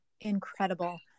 incredible